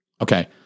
Okay